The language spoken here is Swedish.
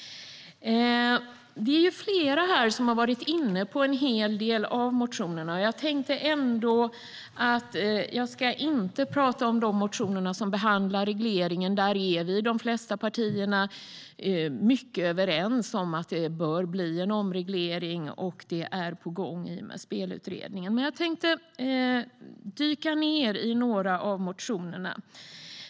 Flera här har varit inne på en hel del av motionerna, och jag ska inte prata om de motioner som behandlar regleringen. Där är de flesta partierna överens om att det bör bli en omreglering, och det är på gång i och med Spelutredningen. Men jag ska dyka ned i några av motionerna.